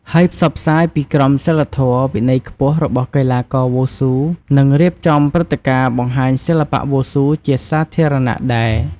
ហើយផ្សព្វផ្សាយពីក្រមសីលធម៌ វិន័យខ្ពស់របស់កីឡាករវ៉ូស៊ូនឹងរៀបចំព្រឹត្តិការណ៍បង្ហាញសិល្បៈវ៉ូស៊ូជាសាធារណៈដែរ។